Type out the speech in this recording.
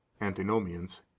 antinomians